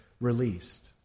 released